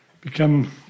become